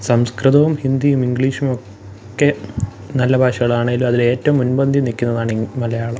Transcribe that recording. സംസ്കൃതവും ഹിന്ദിയും ഇംഗ്ളീഷുമൊക്കെ നല്ല ഭാഷകളാണെങ്കിലും അതിൽ ഏറ്റവും മുൻപന്തിയിൽ നിൽക്കുന്നതാണ് മലയാളം